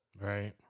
Right